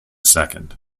second